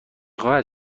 خواهد